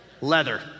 Leather